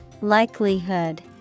Likelihood